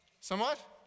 Somewhat